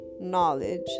knowledge